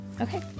Okay